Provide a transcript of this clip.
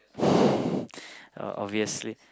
uh obviously